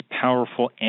powerful